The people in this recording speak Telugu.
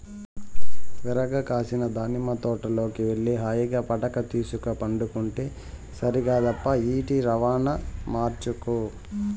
విరగ కాసిన దానిమ్మ తోటలోకి వెళ్లి హాయిగా మడక తీసుక పండుకుంటే సరికాదప్పా ఈటి రవాణా మార్చకు